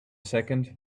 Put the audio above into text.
second